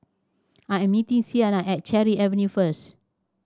I am meeting Sienna at Cherry Avenue first